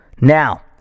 now